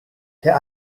der